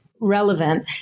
relevant